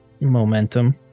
momentum